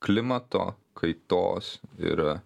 klimato kaitos ir